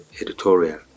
editorial